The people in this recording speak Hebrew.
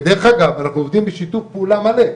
ודרך אגב אנחנו עובדים בשיתוף פעולה מלא,